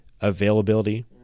availability